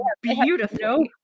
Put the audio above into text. beautiful